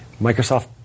Microsoft